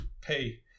pay